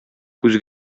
күз